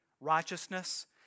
righteousness